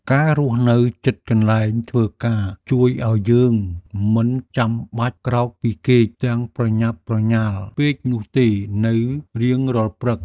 ការរស់នៅជិតកន្លែងធ្វើការជួយឱ្យយើងមិនចាំបាច់ក្រោកពីគេងទាំងប្រញាប់ប្រញាល់ពេកនោះទេនៅរៀងរាល់ព្រឹក។